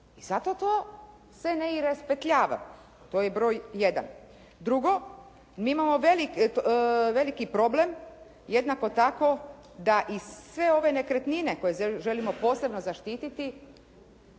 i zato to se ne raspetljava. To je broj jedan. Drugo, mi imamo veliki problem jednako tako da i sve ove nekretnine koje želimo posebno zaštititi